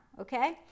okay